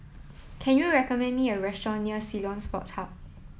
can you recommend me a restaurant near Ceylon Sports Club